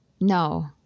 No